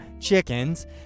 chickens